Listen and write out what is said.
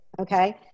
Okay